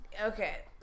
Okay